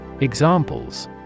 Examples